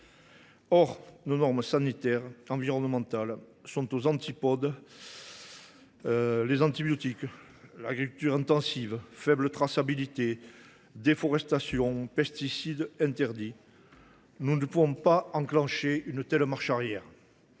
Or nos normes sanitaires et environnementales sont aux antipodes : antibiotiques, agriculture intensive, faible traçabilité, déforestation, utilisation de pesticides interdits, etc. Nous ne pouvons pas enclencher une telle marche arrière.